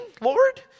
Lord